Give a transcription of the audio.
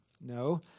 No